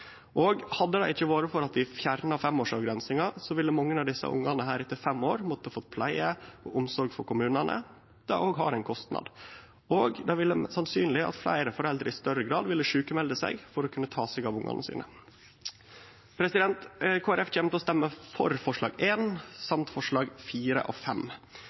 Hadde det ikkje vore for at vi fjerna avgrensinga på fem år, ville mange av desse ungane etter fem år måtte få pleie og omsorg frå kommunane. Det har òg ein kostnad. Og det ville vore sannsynleg at fleire foreldre i større grad ville bli sjukmelde for å kunne ta seg av ungane sine. Kristeleg Folkeparti kjem til å stemme for forslag nr. 1 og forslaga nr. 4 og